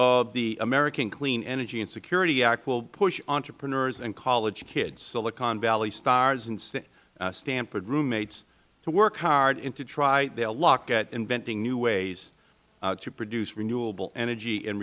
of the american clean energy and security act will push entrepreneurs and college kids silicon valley stars and stanford roommates to work hard and to try their luck at inventing new ways to produce renewable energy